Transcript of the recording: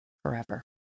forever